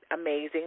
amazing